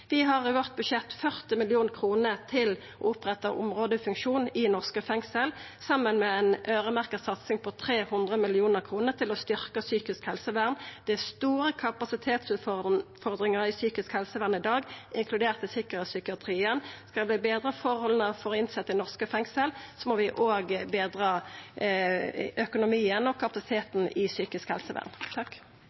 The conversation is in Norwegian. Vi har i vårt budsjett 40 mill. kr til å oppretta områdefunksjon i norske fengsel, saman med ei øyremerkt satsing på 300 mill. kr til å styrkja psykisk helsevern. Det er store kapasitetsutfordringar i psykisk helsevern i dag, inkludert sikkerheitspsykiatrien. For å betra forholda for innsette i norske fengsel må vi òg betra økonomien og kapasiteten i psykisk helsevern.